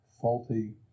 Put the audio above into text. faulty